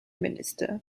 minister